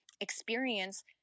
experience